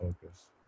focus